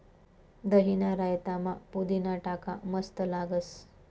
दहीना रायतामा पुदीना टाका मस्त लागस